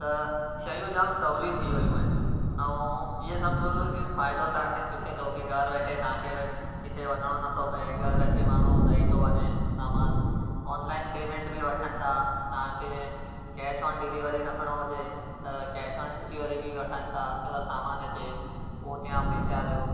त शयूं जाम सहुलियूं थी वियूं आहिनि ऐं इहे सभु फ़ाइदो तव्हांखे मिले थो की घरु वेठे तव्हांखे किथे वञिणो नथो पए घरु अची माण्हू ॾेई थो वञे सामान ऑनलाइन पेमेंट बि वठनि था तव्हांखे कैश ऑन डिलिवरी रखिणो हुजे त कैश ऑन डिलिवरी बि वठनि था घरु सामान अचे पोइ हुतां पैसा ॾियो